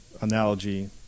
analogy